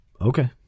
okay